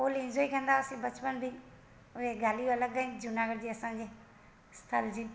full enjoy कंदा हुआसीं बचपन बि उहे ॻाल्हियूं अलॻि आहिनि जूनागढ़ जी असांजे स्थान जी